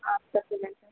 আচ্ছা ঠিক আছে